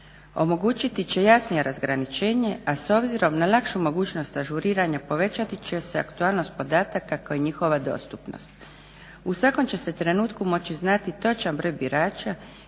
omogućiti će jasnije razgraničenje, a s obzirom na lakšu mogućnost ažuriranja povećati će se aktualnost podataka kao i njihova dostupnost. U svakom će se trenutku moći znati točan broj birača